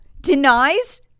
denies